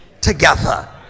together